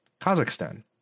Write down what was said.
Kazakhstan